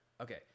Okay